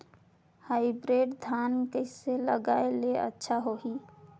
Hybrid धान कइसे लगाय ले अच्छा होही?